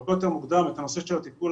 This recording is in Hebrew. הרבה יותר מוקדם את הנושא של הטיפול